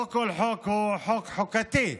לא כל חוק הוא חוק חוקתי,